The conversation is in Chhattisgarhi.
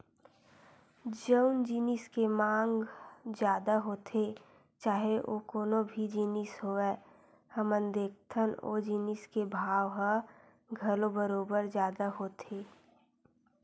जउन जिनिस के मांग जादा होथे चाहे ओ कोनो भी जिनिस होवय हमन देखथन ओ जिनिस के भाव ह घलो बरोबर जादा होथे